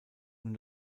nun